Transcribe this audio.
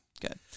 Good